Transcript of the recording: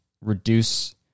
reduce